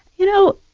you know,